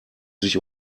sich